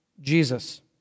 Jesus